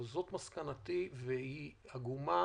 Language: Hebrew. זאת מסקנתי והיא עגומה,